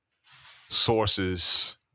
sources